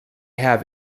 have